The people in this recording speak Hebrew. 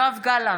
נגד יואב גלנט,